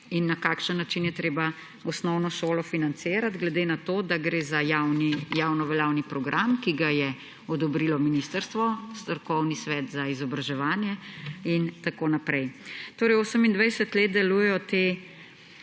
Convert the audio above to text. in na kakšen način je treba osnovno šolo financirati. Glede na to, da gre za javno veljavni program, ki ga je odobrilo ministrstvo, strokovni svet za izobraževanje in tako naprej. 28 let deluje te